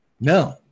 No